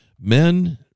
men